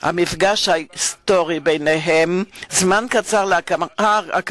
והודות למפגש הגורלי ביניהם בהיסטוריה של שתי